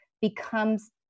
becomes